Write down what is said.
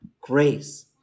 grace